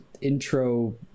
intro